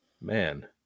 man